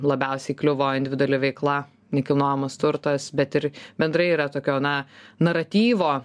labiausiai kliuvo individuali veikla nekilnojamas turtas bet ir bendrai yra tokio na naratyvo